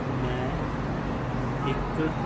ਮੈਂ ਇੱਕ